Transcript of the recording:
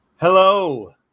Hello